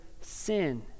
sin